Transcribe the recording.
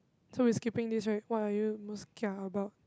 so we're skipping this right what are you most kia about